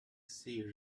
see